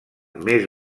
més